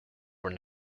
were